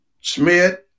Smith